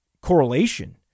correlation